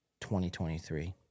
2023